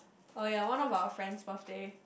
oh ya one of our friend's birthday